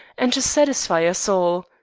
and to satisfy us all.